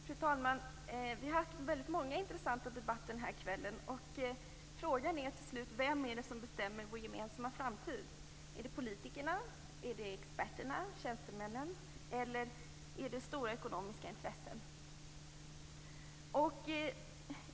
Fru talman! Vi har haft väldigt många intressanta debatter denna kväll. Frågan är till slut vem som bestämmer över vår gemensamma framtid. Är det politikerna? Är det experterna eller tjänstemännen? Är det stora ekonomiska intressen?